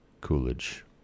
Coolidge